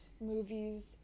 movies